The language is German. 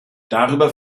darüber